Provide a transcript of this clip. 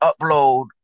upload